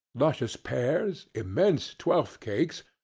luscious pears, immense twelfth-cakes,